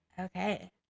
Okay